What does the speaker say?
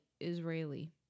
Israeli